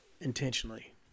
intentionally